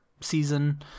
season